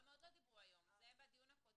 הם עוד לא דיברו היום, זה היה בדיון הקודם.